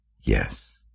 Yes